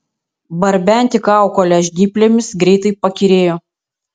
barbenti kaukolę žnyplėmis greitai pakyrėjo